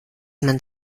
man